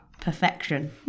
perfection